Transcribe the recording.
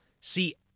see